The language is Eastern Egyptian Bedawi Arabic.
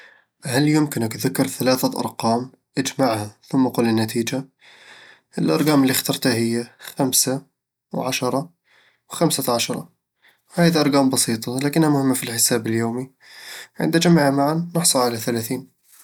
هل يمكنك ذكر ثلاثة أرقام، اجمعها ثم قُل النتيجة؟ الأرقام اللي اخترتها هي: خمسة، وعشرة، وخمسة عشر، وهذه أرقام بسيطة لكنها مهمة في الحساب اليومي عند جمعها معًا تحصل على ثلاثين